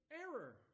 error